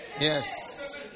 Yes